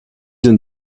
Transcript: denn